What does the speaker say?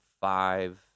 five